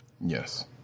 Yes